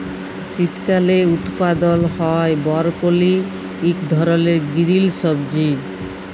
শীতকালে উৎপাদল হ্যয় বরকলি ইক ধরলের গিরিল সবজি